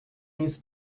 needs